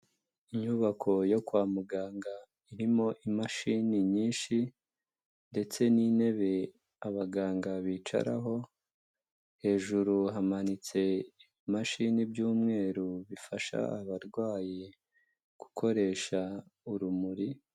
Inyubako yo kwa muganga irimo imashini nyinshi ndetse n'intebe abaganga bicaraho, hejuru hamanitse ibi mashini by'umweru bifasha abarwayi gukoresha urumuri.